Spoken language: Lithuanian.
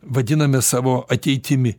vadiname savo ateitimi